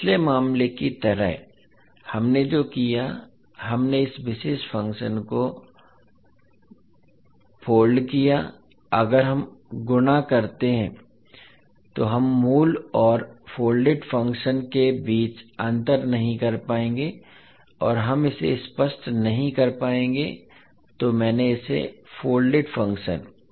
तो पिछले मामले की तरह हमने जो किया हमने इस विशेष फ़ंक्शन को मोड़ दिया अगर हम गुना करते हैं तो हम मूल और फोल्डेड फ़ंक्शन के बीच अंतर नहीं कर पाएंगे और हम इसे स्पष्ट नहीं कर पाएंगे तो मैंने इसे फोल्डेड फ़ंक्शन